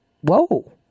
Whoa